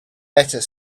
better